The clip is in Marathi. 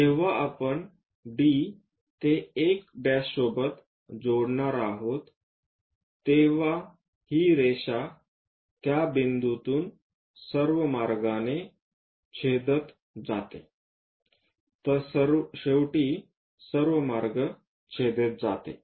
जेव्हा आपण D ते 1' सोबत जोडणार आहोत तेव्हा ही रेषा त्या बिंदूतून सर्व मार्गाने छेदत जाते तर शेवटी सर्व मार्ग छेदत जाते